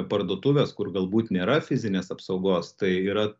parduotuves kur galbūt nėra fizinės apsaugos tai yra